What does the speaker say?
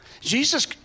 Jesus